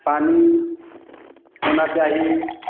पानी होना चाहिए